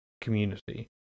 community